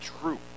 true